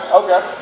okay